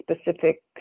specific